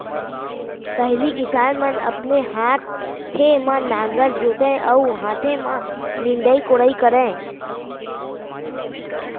पहिली किसान मन अपने हाथे म नांगर जोतय अउ हाथे म निंदई कोड़ई करय